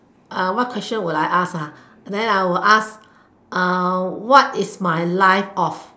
uh what question would I ask then I will ask what is my life of